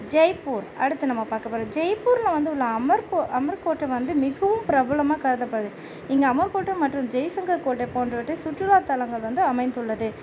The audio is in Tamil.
ஜெய்ப்பூர் அடுத்து நம்ம பார்க்க போகிற ஜெய்ப்பூரில் வந்து உள்ள அமர்க்கோட் அமர்க்கோட்டை வந்து மிகவும் பிரபலமாக கருதப்படுது இங்கே அமர்க்கோட்டை மற்றும் ஜெய்சிங்கர் கோட்டை போன்றவற்றை சுற்றுலாத்தளங்கள் வந்து அமைந்துள்ளது